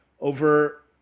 over